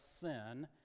sin